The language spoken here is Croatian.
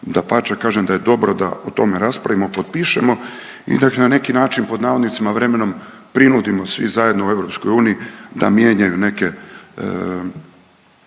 dapače kažem da je dobro da o tome raspravimo, potpišemo i da na neki način pod navodnicima vremenom prinudimo svi zajedno u EU da mijenjaju neke